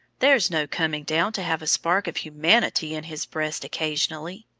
there's no coming down to have a spark of humanity in his breast occasionally.